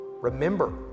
Remember